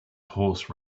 horse